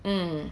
mm